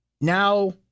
now